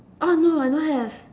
oh no I don't have